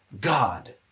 God